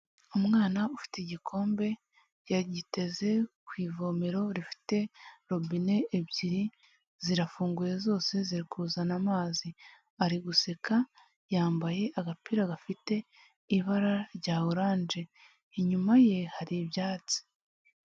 Umwana ufite igikombe yagiteze ku ivomero rifite robine ebyiri zirafunguye zose ziri kuzana amazi, ari guseka yambaye agapira gafite ibara rya oranje, inyuma ye hari ibyatsi.